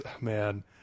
Man